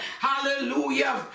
hallelujah